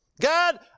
God